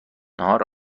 ناهار